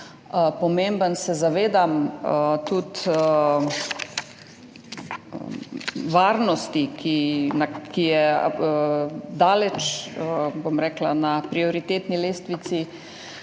pomemben. Zavedam se tudi varnosti, ki je daleč, bom rekla, na prioritetni lestvici